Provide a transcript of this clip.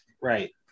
right